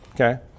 Okay